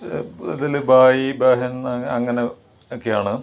ഇതില് ഭായി ബഹൻ അങ്ങനെ ഒക്കെ ആണ്